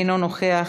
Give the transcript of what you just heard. אינו נוכח,